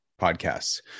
podcasts